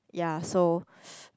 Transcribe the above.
ya so